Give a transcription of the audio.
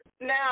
Now